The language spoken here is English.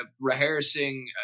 rehearsing